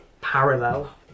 parallel